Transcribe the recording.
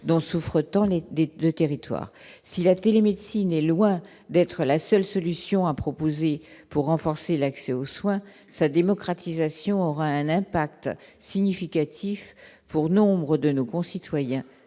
dont souffrent, tourner des 2 territoires si la télémédecine est loin d'être la seule solution à proposer pour renforcer l'accès aux soins, sa démocratisation, aura un impact significatif pour nombre de nos concitoyens,